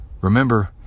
remember